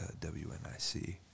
WNIC